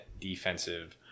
defensive